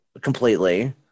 completely